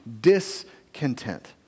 discontent